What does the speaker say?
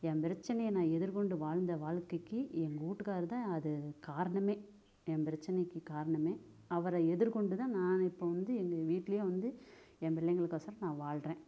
என் பிரச்சனையை நான் எதிர்கொண்டு வாழ்ந்த வாழ்க்கைக்கு எங்கள் வீட்டுகாரு தான் அதுக்கு காரணம் என் பிரச்சினைக்கு காரணமே அவரை எதிர்கொண்டு தான் நான் இப்போது வந்த எங்கள் வீட்டிலையே வந்து என் பிள்ளைங்களுக்கொசரம் நான் வாழ்கிறேன்